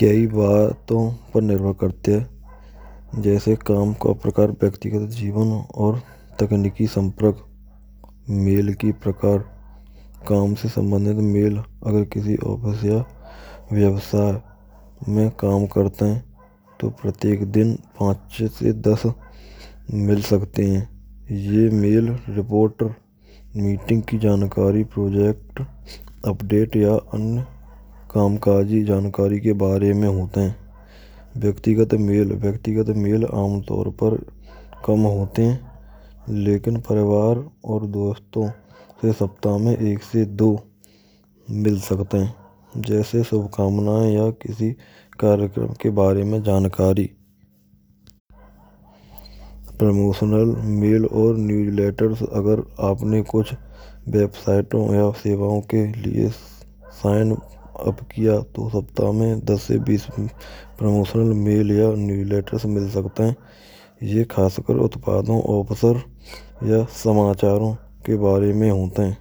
kai bar to is par nirbhr karte hai ki jaise kam ko apne waktigat jivan aur takniki sampark mail ke prakar se sambanthit mail agar kisi ne offer kiya to ya waysay me kam karte hai to pratek din panch chahah se das mail mil sakte hai. Ye mail robot meeting ki jankari project update ya anya kamkaji jankari ke bare me hote hai. Vyaktigat mail vyakti mail amtor par kam hote h lekin parivar aur doston se saptah ma ek se do mil sakte h jaise shubhkamnaye ya kisi karyakram ke bare main jankari. Promotional mail aur leave letters apne kuch websito ya sewayo ke liye sign Kiya to saptah ma das se bees promotion mail ya leave letters mil skte h. Ye khaskar utpado upsar ya samacharon ke bare ma hot h.